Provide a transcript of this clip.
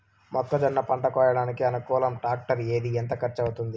మొక్కజొన్న పంట కోయడానికి అనుకూలం టాక్టర్ ఏది? ఎంత ఖర్చు అవుతుంది?